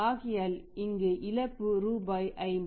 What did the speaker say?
ஆகையால் இங்கு இழப்பு ரூபாய் 50